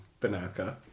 Banaka